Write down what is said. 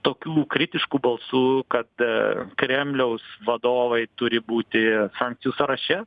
tokių kritiškų balsų kad kremliaus vadovai turi būti sankcijų sąraše